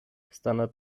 standard